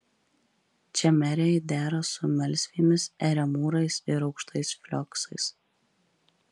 čemeriai dera su melsvėmis eremūrais ir aukštais flioksais